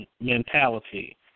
mentality